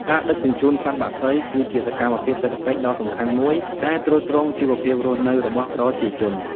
ការដឹកជញ្ជូនសត្វបក្សី គឺជាសកម្មភាពសេដ្ឋកិច្ចដ៏សំខាន់មួយដែលទ្រទ្រង់ជីវភាពរស់នៅរបស់ប្រជាជន។